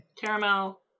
caramel